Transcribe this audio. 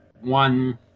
one